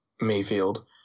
Mayfield